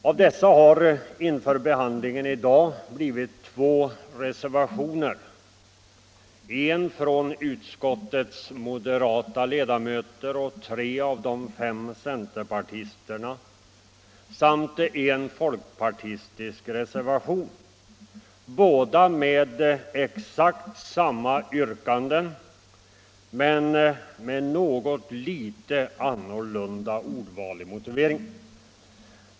Av dessa har inför behandlingen i dag blivit två reservationer — en reservation från utskottets moderata ledamöter och tre av de fem centerpartisterna samt en folkpartistisk reservation, båda med exakt samma yrkande men med något litet annorlunda ordval i motiveringen.